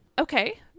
Okay